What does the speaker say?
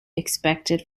expected